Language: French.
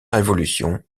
révolution